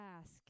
ask